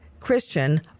Christian